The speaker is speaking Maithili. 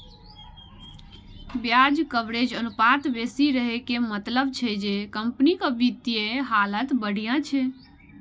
ब्याज कवरेज अनुपात बेसी रहै के मतलब छै जे कंपनीक वित्तीय हालत बढ़िया छै